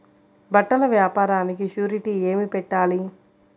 బట్టల వ్యాపారానికి షూరిటీ ఏమి పెట్టాలి?